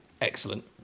Excellent